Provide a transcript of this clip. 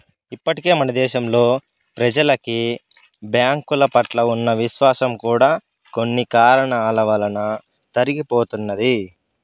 ఇప్పటికే మన దేశంలో ప్రెజలకి బ్యాంకుల పట్ల ఉన్న విశ్వాసం కూడా కొన్ని కారణాల వలన తరిగిపోతున్నది